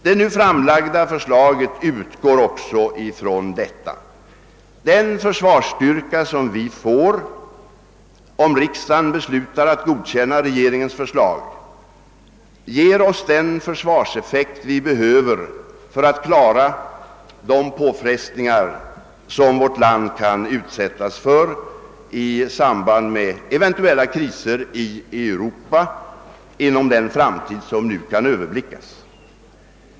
Det nu framlagda förslaget utgår också från detta. Den försvarsstyrka, som vi får om riksdagen beslutar att godkänna regeringens förslag, ger oss den försvarseffekt vi behöver för att klara de påfrestningar, som vårt land kan utsättas för i samband med eventuella kriser i Europa inom den framtid som nu kan överblickas.